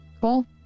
Cool